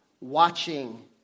watching